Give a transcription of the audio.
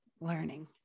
learning